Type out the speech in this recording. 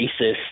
racist